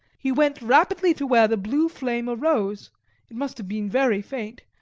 he went rapidly to where the blue flame arose it must have been very faint,